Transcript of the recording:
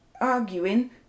arguing